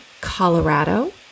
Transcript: Colorado